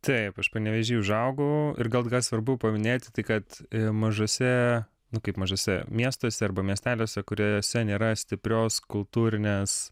taip aš panevėžy užaugau ir gal ką svarbu paminėti tai kad mažuose nu kaip mažuose miestuose arba miesteliuose kuriuose nėra stiprios kultūrinės